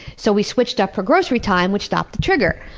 so, we switched up her grocery time which stopped the trigger.